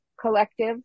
collective